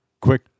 quick